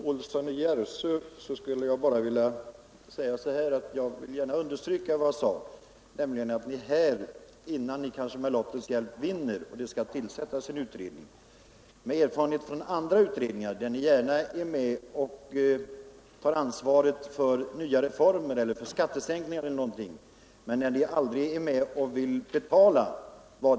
Herr talman! För herr Olsson i Järvsö vill jag gärna understryka vad jag sade i mitt första anförande, nämligen att ni — innan ni med lottens hjälp vinner voteringen och det skall tillsättas en utredning — bör ta chansen att nu tala om hur denna reform skall finansieras. Skall kostnaderna läggas på företagen i södra Sverige eller på löntagarna?